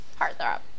heartthrob